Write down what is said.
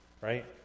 Right